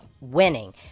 winning